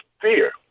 fear